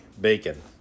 bacon